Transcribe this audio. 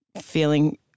feeling